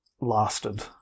lasted